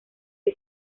que